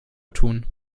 tun